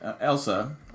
Elsa